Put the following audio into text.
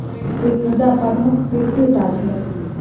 से पूजा पाठमे करिते टा छलथि